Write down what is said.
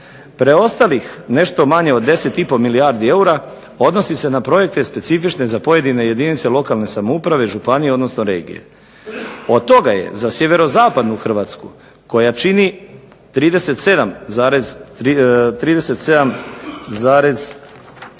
Preostalih nešto manje od 10 i pol milijardu eura odnosi se na projekte specifične za pojedine jedinice lokalne samouprave, županije odnosno regije. Od toga je za sjeverozapadnu Hrvatsku koja čini 37,38%